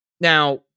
Now